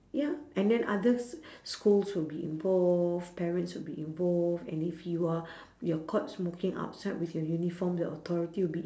ya and then others schools will be involved parents will be involved and if you are you're caught smoking outside with your uniform the authority will be